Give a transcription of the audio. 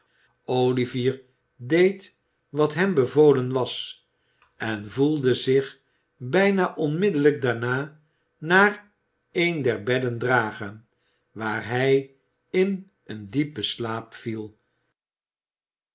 olivier deed wat hem bevolen was en voelde zich bijna onmiddellijk daarna naar een der bedden dragen waar hij in een diepen slaap viel